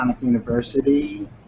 University